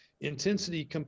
intensity